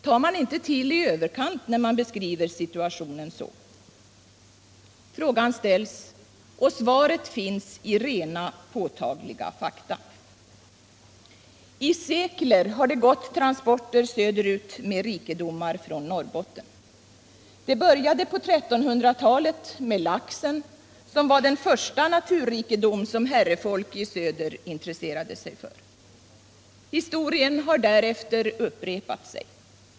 Tar man inte till i överkant när man beskriver situationen så? Svaret finns i rena, påtagliga fakta. I sekler har det gått transporter söderut med rikedomar från Norrbotten. Det började på 1300-talet med laxen, som var den första naturrikedom som herrefolk i söder intresserade sig för. Historien har därefter upprepat sig.